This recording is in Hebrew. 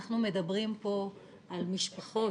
אנחנו מדברים פה על משפחות